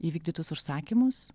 įvykdytus užsakymus